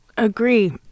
Agree